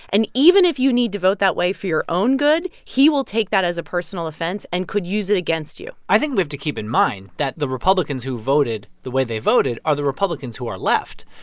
and even if you need to vote that way for your own good, he will take that as a personal offense and could use it against you i think we have to keep in mind that the republicans who voted the way they voted are the republicans who are left.